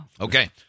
Okay